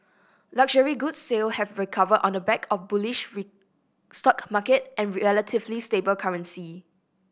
luxury good sale have recovered on the back of bullish stock market and relatively stable currency